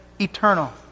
eternal